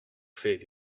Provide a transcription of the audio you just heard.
fait